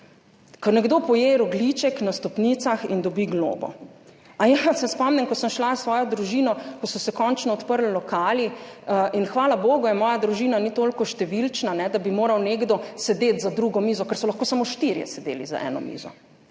Ko nekdo poje rogljiček na stopnicah in dobi globo … Aja, se spomnim, ko sem šla s svojo družino, ko so se končno odprli lokali, in hvala bogu moja družina ni tako številna, da bi moral nekdo sedeti za drugo mizo, ker so lahko samo štirje sedeli za eno mizo.